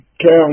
count